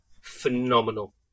phenomenal